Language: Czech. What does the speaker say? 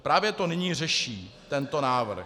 Právě to nyní řeší tento návrh.